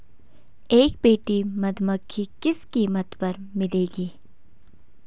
एक पेटी मधुमक्खी किस कीमत पर मिलेगी?